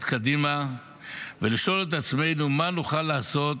קדימה ולשאול את עצמנו: מה נוכל לעשות